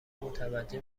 متوجه